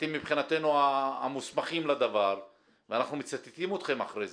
אתם מבחינתנו המוסמכים לדבר ואנחנו מצטטים אתכם אחרי זה,